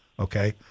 okay